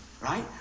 right